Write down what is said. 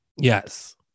yes